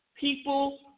people